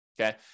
okay